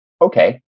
okay